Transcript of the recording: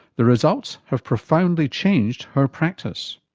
the results have profoundly changed her practice.